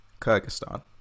Kyrgyzstan